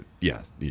Yes